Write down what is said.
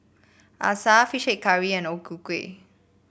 acar fish head curry and O Ku Kueh